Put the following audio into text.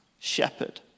shepherd